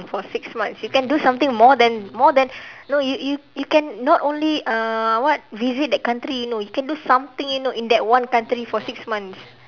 for six months you can do something more than more than you know you you you can not only uh what visit that country you know you can do something you know in that one country for six months